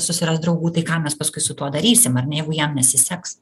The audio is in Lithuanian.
susiras draugų tai ką mes paskui su tuo darysim ar ne jeigu jam nesiseks